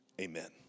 amen